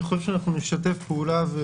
אני חושב שנשתף פעולה.